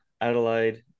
Adelaide